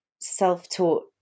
self-taught